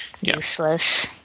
Useless